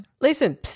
listen